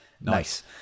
Nice